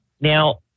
now